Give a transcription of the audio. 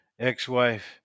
ex-wife